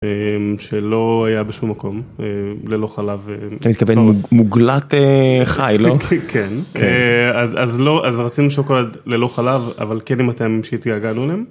אממ... שלא היה בשום מקום ללא חלב, אתה מתכוון מוגלת חי לא כן אז לא אז רצינו שוקולד ללא חלב אבל כן עם הטעמים שהגעגענו אליהם.